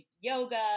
yoga